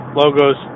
logos